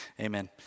amen